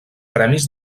premis